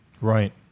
Right